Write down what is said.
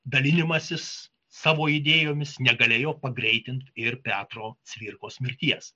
dalinimasis savo idėjomis negalėjo pagreitint ir petro cvirkos mirties